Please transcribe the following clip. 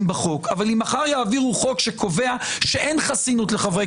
עוד מעט פורים אבל אולי לקראת פסח ניקח מישהו שייתן בהם סימנים -- אוי,